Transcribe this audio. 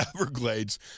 Everglades